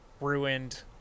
ruined